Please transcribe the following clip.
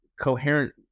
coherent